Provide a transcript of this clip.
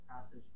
passage